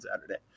Saturday